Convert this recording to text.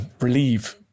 relieve